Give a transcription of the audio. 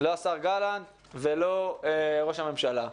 לא השר גלנט ולא ראש הממשלה.